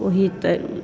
ओही तऽ